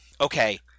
Okay